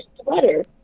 sweater